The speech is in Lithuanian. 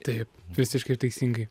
taip visiškai teisingai